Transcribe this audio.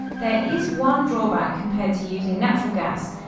there is one drawback compared to using natural gas,